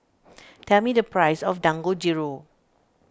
tell me the price of Dangojiru